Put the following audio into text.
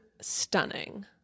stunning